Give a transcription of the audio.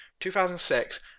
2006